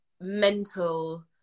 mental